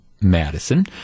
Madison